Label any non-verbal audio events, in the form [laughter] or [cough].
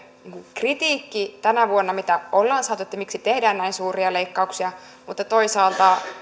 kritiikki tänä vuonna mitä ollaan saatu [unintelligible] että miksi tehdään näin suuria leikkauksia mutta toisaalta